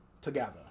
together